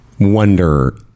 wonder